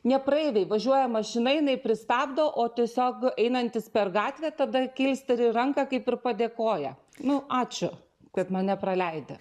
ne praeiviai važiuoja mašina jinai pristabdo o tiesiog einantis per gatvę tada kilsteli ranką kaip ir padėkoja nu ačiū kad mane nepraleidai